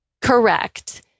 Correct